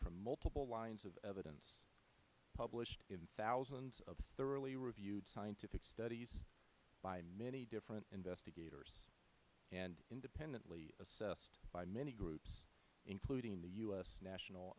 from multiple lines of evidence published in thousands of thoroughly reviewed scientific studies by many different investigators and independently assessed by many groups including the u s national